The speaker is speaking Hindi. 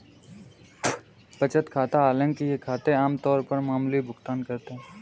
बचत खाता हालांकि ये खाते आम तौर पर मामूली भुगतान करते है